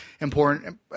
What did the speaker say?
important